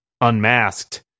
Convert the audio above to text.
Unmasked